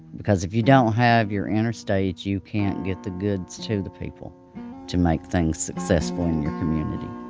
because if you don't have your interstate you can't get the goods to the people to make things successful in your community.